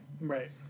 right